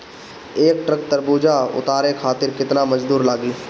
एक ट्रक तरबूजा उतारे खातीर कितना मजदुर लागी?